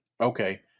Okay